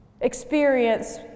experience